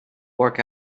work